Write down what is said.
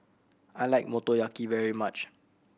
I like Motoyaki very much